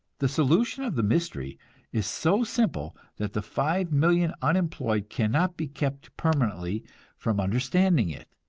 the solution of the mystery is so simple that the five million unemployed cannot be kept permanently from understanding it.